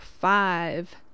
five